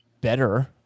better